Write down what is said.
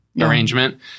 arrangement